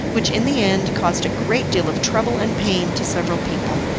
which in the end caused a great deal of trouble and pain to several people.